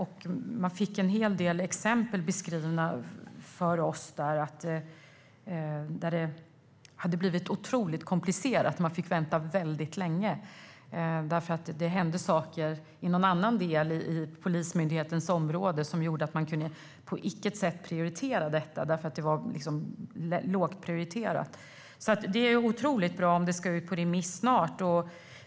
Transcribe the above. Vi fick en hel del exempel beskrivna för oss, där det hela hade blivit otroligt komplicerat och där man hade fått vänta väldigt länge eftersom det hände saker i någon annan del av polismyndighetens område som gjorde att man på intet sätt kunde prioritera detta. Det blev lågprioriterat. Det är otroligt bra om detta ska ut på remiss snart.